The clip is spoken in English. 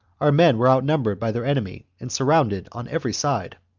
our men were outnumbered by their enemy and surrounded on every side.